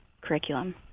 curriculum